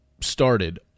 started